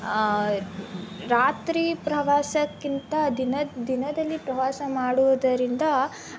ರಾತ್ರಿ ಪ್ರವಾಸಕ್ಕಿಂತ ದಿನದ್ ದಿನದಲ್ಲಿ ಪ್ರವಾಸ ಮಾಡುವುದರಿಂದ